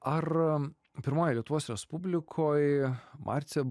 ar pirmoji lietuvos respublikoj marcė